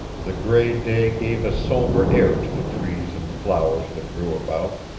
the gray day gave a somber air to the trees and flowers that grew about.